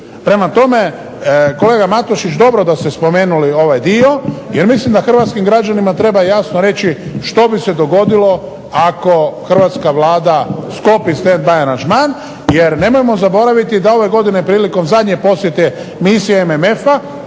Prema tome, kolega Matušić dobro da ste spomenuli ovaj dio jer mislim da Hrvatskim građanima treba jasno reći što bi se dogodilo ako Hrvatska vlada sklopi stand by aranžman jer nemojmo zaboraviti da ove godine prilikom zadnje posjete misije MMF-a